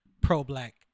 pro-black